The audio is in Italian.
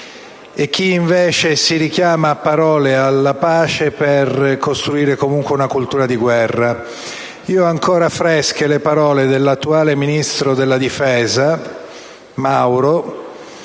e chi, invece, si richiama a parole alla pace per costruire comunque una cultura di guerra. Ho un ricordo ancora fresco delle parole dell'attuale ministro della difesa Mauro,